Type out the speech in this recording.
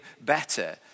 better